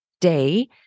Day